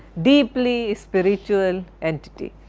deeply spiritual entity